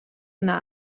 yna